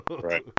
Right